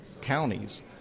counties